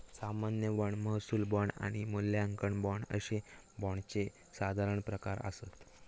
सामान्य बाँड, महसूल बाँड आणि मूल्यांकन बाँड अशे बाँडचे साधारण प्रकार आसत